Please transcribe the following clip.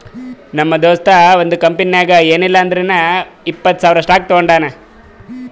ನಮ್ ದೋಸ್ತ ಒಂದ್ ಕಂಪನಿನಾಗ್ ಏನಿಲ್ಲಾ ಅಂದುರ್ನು ಇಪ್ಪತ್ತ್ ಸಾವಿರ್ ಸ್ಟಾಕ್ ತೊಗೊಂಡಾನ